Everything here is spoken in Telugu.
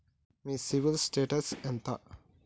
మీ సిబిల్ స్టేటస్ ఎంత?